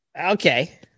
Okay